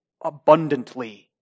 abundantly